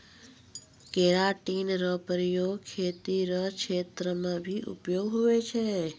keratin रो प्रयोग खेती रो क्षेत्र मे भी उपयोग हुवै छै